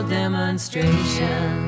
demonstration